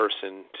person